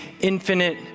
infinite